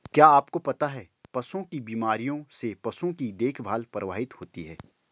क्या आपको पता है पशुओं की बीमारियों से पशुओं की देखभाल प्रभावित होती है?